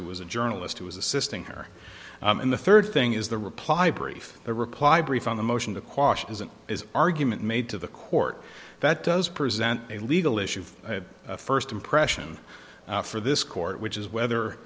who was a journalist who was assisting her in the third thing is the reply brief the reply brief on the motion to quash isn't is argument made to the court that does present a legal issue of first impression for this court which is whether